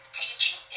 teaching